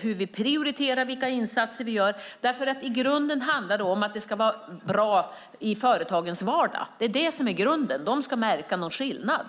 hur vi prioriterar vilka insatser vi gör. I grunden handlar det om att det ska vara bra i företagens vardag. De ska märka någon skillnad.